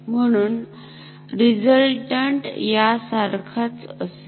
म्हणून रिझल्टन्ट यासारखाच असेल